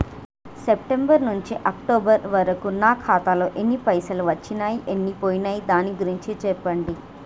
September నుంచి October వరకు నా ఖాతాలో ఎన్ని పైసలు వచ్చినయ్ ఎన్ని పోయినయ్ దాని గురించి చెప్పండి?